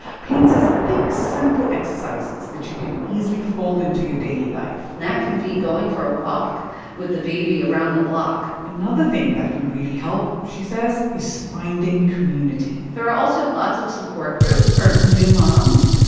payne says, think simple exercises that you can easily fold into your daily life and that can be going for a walk with the baby around the block another thing that can really help, she says, is finding community there are also lots of support groups for new moms.